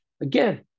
Again